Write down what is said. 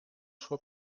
sua